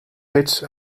hits